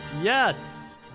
Yes